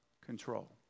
control